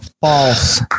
false